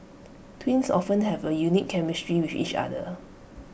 twins often have A unique chemistry with each other